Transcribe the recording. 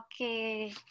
Okay